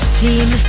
team